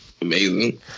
Amazing